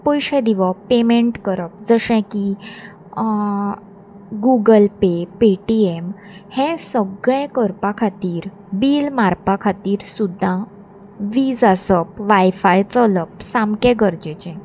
पयशे दिवप पेमेंट करप जशें की गुगल पे पेटीएम हें सगळें करपा खातीर बील मारपा खातीर सुद्दां वीज आसप वायफाय चलप सामकें गरजेचें